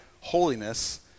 holiness